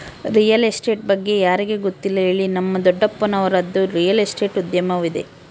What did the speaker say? real estate ಬಗ್ಗೆ ಯಾರಿಗೆ ಗೊತ್ತಿಲ್ಲ ಹೇಳಿ, ನಮ್ಮ ದೊಡ್ಡಪ್ಪನವರದ್ದು ರಿಯಲ್ ಎಸ್ಟೇಟ್ ಉದ್ಯಮವಿದೆ